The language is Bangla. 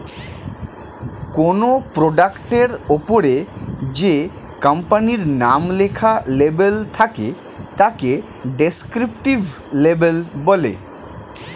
কোনো প্রোডাক্টের ওপরে যে কোম্পানির নাম লেখা লেবেল থাকে তাকে ডেসক্রিপটিভ লেবেল বলে